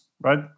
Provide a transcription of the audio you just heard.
right